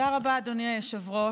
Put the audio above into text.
תודה רבה, אדוני היושב-ראש.